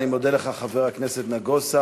אני מודה לך, חבר הכנסת נגוסה.